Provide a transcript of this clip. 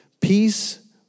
peace